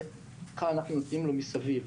וזה מה אנחנו נותנים לו מסביב.